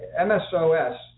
MSOS